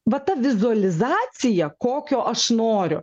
va ta vizualizacija kokio aš noriu